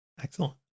Excellent